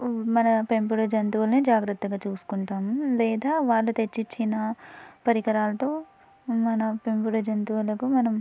మన పెంపుడు జంతువులని జాగ్రత్తగా చూసుకుంటాము లేదా వాళ్ళ తెచ్చిచ్చిన పరికరాలతో మన పెంపుడు జంతువులకు మనం